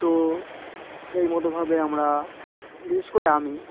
তো সেই মতোভাবে আমরা বিশেষ করে আমি